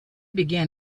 began